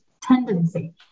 tendency